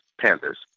Panthers